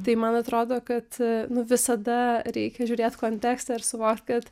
tai man atrodo kad nu visada reikia žiūrėt kontekstą ir suvokt kad